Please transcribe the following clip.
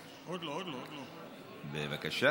אדוני, בבקשה.